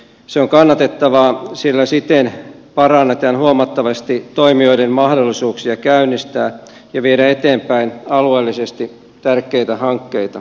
se on kannatettavaa sillä siten parannetaan huomattavasti toimijoiden mahdollisuuksia käynnistää ja viedä eteenpäin alueellisesti tärkeitä hankkeita